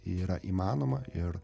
yra įmanoma ir